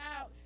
out